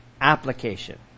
application